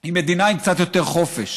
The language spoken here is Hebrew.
היא מדינה עם קצת יותר חופש.